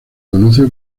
conoce